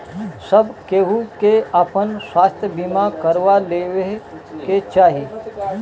सब केहू के आपन स्वास्थ्य बीमा करवा लेवे के चाही